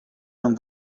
non